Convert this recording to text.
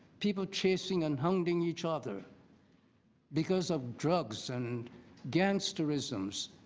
people chasing and hunting each other because of drugs and gangsterisms